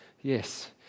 Yes